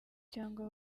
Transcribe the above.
cyangwa